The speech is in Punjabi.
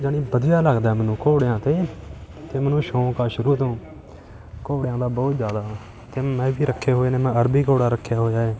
ਜਾਣੀ ਵਧੀਆ ਲੱਗਦਾ ਮੈਨੂੰ ਘੋੜਿਆਂ 'ਤੇ ਅਤੇ ਮੈਨੂੰ ਸ਼ੌਂਕ ਆ ਸ਼ੁਰੂ ਤੋਂ ਘੋੜਿਆਂ ਦਾ ਬਹੁਤ ਜ਼ਿਆਦਾ ਅਤੇ ਮੈਂ ਵੀ ਰੱਖੇ ਹੋਏ ਨੇ ਮੈਂ ਅਰਬੀ ਘੋੜਾ ਰੱਖਿਆ ਹੋਇਆ ਹੈ